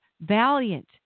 valiant